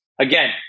Again